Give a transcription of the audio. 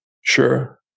Sure